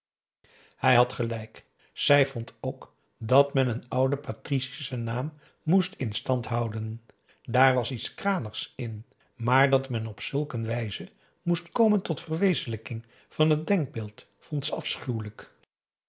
hij had gelijk zij vond ook dat men een ouden patricischen naam moest in stand houden daar was iets kranigs in maar dat men op zulk een wijze moest komen tot verwezenlijking van het denkbeeld vond ze afschuwelijk